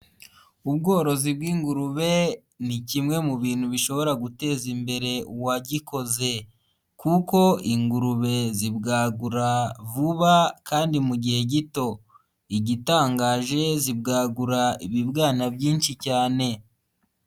Ubworozi bw'ingurube ni kimwe mu bintu bishobora guteza imbere uwagikoze, kuko ingurube zibwagura vuba kandi mu gihe gito, igitangaje zibwagura ibibwana byinshi cyane.